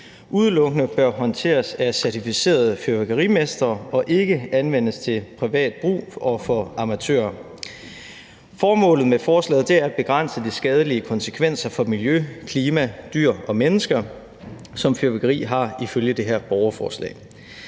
udelukkende bør håndteres af certificerede fyrværkerimestre og ikke anvendes af amatører til privat brug. Formålet med forslaget er at begrænse de skadelige konsekvenser for miljø, klima, dyr og mennesker, som fyrværkeri har ifølge det her borgerforslag.